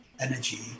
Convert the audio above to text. energy